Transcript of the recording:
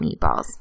meatballs